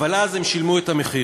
אבל אז הם שילמו את המחיר.